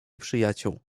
przyjaciół